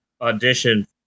audition